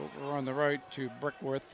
over on the right to break worth